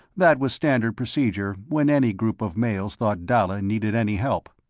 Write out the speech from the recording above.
that was standard procedure, when any group of males thought dalla needed any help.